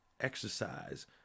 exercise